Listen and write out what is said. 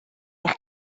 eich